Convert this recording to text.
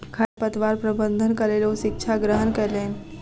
खरपतवार प्रबंधनक लेल ओ शिक्षा ग्रहण कयलैन